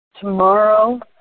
Tomorrow